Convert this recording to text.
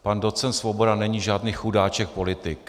Pan docent Svoboda není žádný chudáček politik.